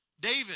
David